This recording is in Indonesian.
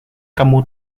kamu